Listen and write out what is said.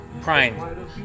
Prime